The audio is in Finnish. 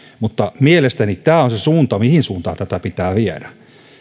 mutta mielestäni tämä on se suunta mihin suuntaan tätä pitää viedä